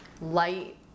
light